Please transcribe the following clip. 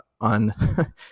on